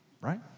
right